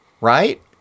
Right